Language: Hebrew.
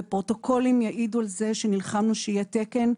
ופרוטוקולים יעידו על זה שנלחמנו שיהיה תקן,